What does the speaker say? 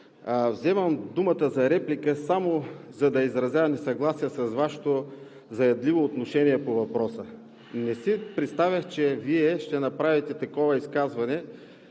вземам думата за реплика само за да изразя несъгласие с Вашето заядливо отношение по въпроса. Не си представях, че Вие ще направите такова изказване